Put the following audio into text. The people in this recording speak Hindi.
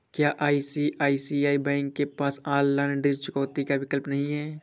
क्या आई.सी.आई.सी.आई बैंक के पास ऑनलाइन ऋण चुकौती का विकल्प नहीं है?